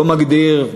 לא מגדיר,